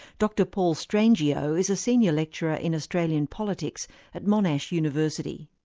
dr paul strangio is a senior lecturer in australian politics at monash university.